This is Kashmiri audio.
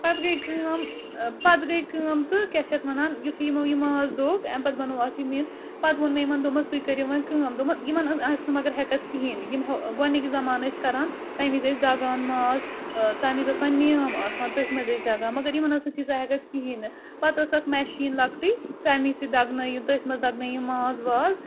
پَتہٕ گٔے کٲم پَتہٕ گٔے کٲم تہٕ کیٛاہ چھِ اَتھ وَنان یُتھُے یِمو یہِ ماز دوٚگ اَمہِ پَتہٕ بَنوو اَتھ یہِ مِن پَتہٕ ووٚن مےٚ یِمَن دوٚپمَس تُہۍ کٔرِو وۄنۍ کٲم دوٚپمہ یِمَن ٲس ٲس نہٕ مگر ہٮ۪کَتھ کِہیٖنۍ یِم گۄڈنِکہِ زَمانہٕ ٲسۍ کَران تَمہِ وِز ٲسۍ دَگان ماز تَمہِ وِزِ ٲسَن نیم آسان تٔتھۍ منٛز ٲسۍ دَگان مگر یِمَن ٲس نہٕ تیٖژاہ ہٮ۪کَتھ کِہیٖنۍ نہٕ پَتہٕ ٲس اَکھ مٮ۪شیٖن لۄکٹٕے تَمی سۭتۍ دَگنٲیِم تٔتھۍ منٛز دَگنٲیِم ماز واز